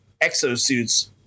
exosuits